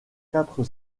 quatre